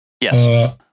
Yes